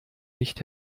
nicht